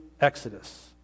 Exodus